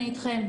אני איתכם.